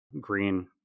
green